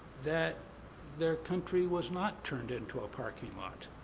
that their country was not turned into a parking lot.